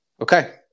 Okay